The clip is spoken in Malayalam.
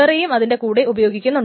വേറെയും അതിന്റെ കൂടെ ഉപയോഗിക്കുന്നു